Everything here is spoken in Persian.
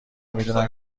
میدونم